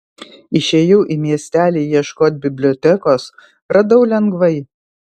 išėjau į miestelį ieškot bibliotekos radau lengvai